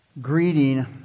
greeting